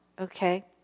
Okay